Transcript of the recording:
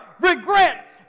regret